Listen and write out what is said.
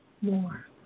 more